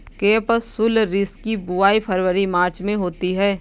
capsularis की बुवाई फरवरी मार्च में होती है